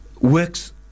works